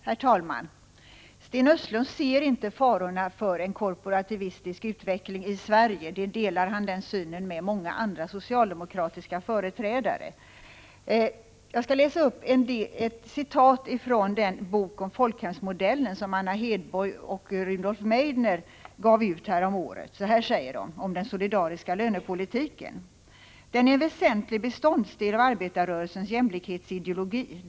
Herr talman! Sten Östlund ser inte farorna för en korporativistisk utveckling i Sverige. Den synen delar han med många andra socialdemokratiska företrädare. Jag skall citera från den bok ”Folkhemsmodellen” som Anna Hedborg och Rudolf Meidner gav ut häromåret. De säger följande i samband med den solidariska lönepolitiken: ”Den är en väsentlig beståndsdel av arbetarrörelsens jämlikhetsideologi.